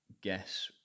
guess